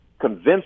convince